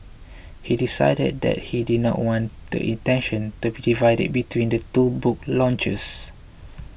he decided that he didn't want the attention to be divided between the two book launches